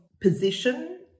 position